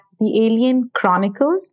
thealienchronicles